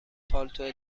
پالتو